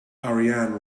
ariane